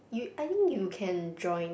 you I think you can join